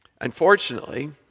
Unfortunately